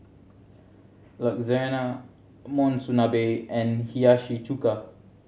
Lasagna Monsunabe and Hiyashi Chuka